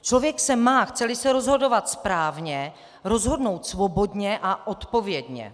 Člověk se má, chceli se rozhodovat správně, rozhodnout svobodně a odpovědně.